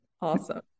awesome